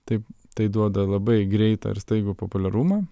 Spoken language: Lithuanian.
taip tai duoda labai greitą ir staigų populiarumą